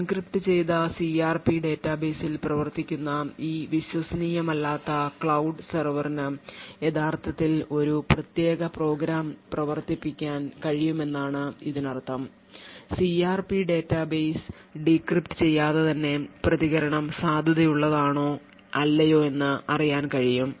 encrypt ചെയ്ത CRP ഡാറ്റാബേസിൽ പ്രവർത്തിക്കുന്ന ഈ വിശ്വസനീയമല്ലാത്ത cloud സെർവറിന് യഥാർത്ഥത്തിൽ ഒരു പ്രത്യേക പ്രോഗ്രാം പ്രവർത്തിപ്പിക്കാൻ കഴിയുമെന്നാണ് ഇതിനർത്ഥം സിആർപി ഡാറ്റാബേസ് ഡീക്രിപ്റ്റ് ചെയ്യാതെ തന്നെ പ്രതികരണം സാധുതയുള്ളതാണോ അല്ലയോ എന്ന് അറിയാൻ കഴിയും